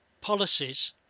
policies